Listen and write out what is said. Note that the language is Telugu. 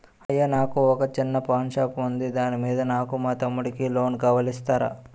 అయ్యా నాకు వొక చిన్న పాన్ షాప్ ఉంది దాని మీద నాకు మా తమ్ముడి కి లోన్ కావాలి ఇస్తారా?